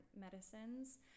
medicines